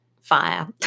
fire